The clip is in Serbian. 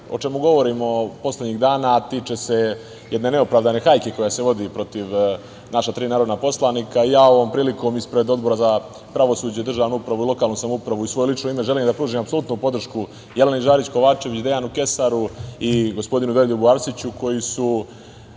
o čemu govorimo poslednjih dana, a tiče se jedne neopravdane hajke koja se vodi protiv tri naša narodna poslanika. Ja ovom prilikom ispred Odbora za pravosuđe, državnu upravu i lokalnu samoupravu i u svoje lično ime želim da pružim apsolutnu podršku Jeleni Žarić Kovačević, Dejanu Kesaru i gospodinu Veroljubu Arsiću koji su